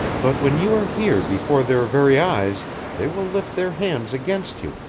but when you are here before their very eyes, they will lift their hands against you!